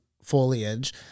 foliage